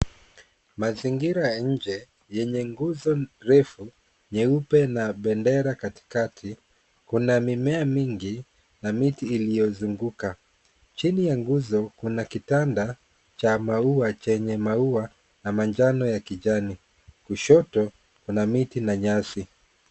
Mazingira ya nje yenye nguzo refu nyeupe na bendera katikati ,kuna mimea mingi na miti iliyozunguka, chini ya nguzo kuna kitanda cha maua chenye maua na manjano ya kijani, kushoto kuna miti na nyasi.